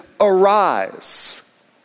Arise